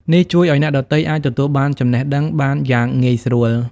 នេះជួយឲ្យអ្នកដទៃអាចទទួលបានចំណេះដឹងបានយ៉ាងងាយស្រួល។